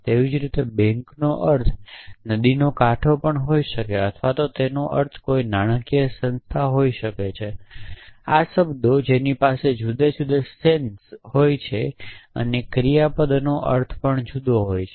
તેવી જ રીતે બેંકનો અર્થ નદી કાંઠો હોઈ શકે છે અથવા તેનો અર્થ કોઈ નાણાકીય સંસ્થા હોઈ શકે છે આ શબ્દો જેની પાસે જુદી જુદી સેન્સ હોય છે અને ક્રિયાપદનો અર્થ પણ જુદો છે